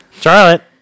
Charlotte